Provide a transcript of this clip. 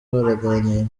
baraganira